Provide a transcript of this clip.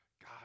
God